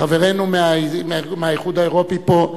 חברינו מהאיחוד האירופי פה,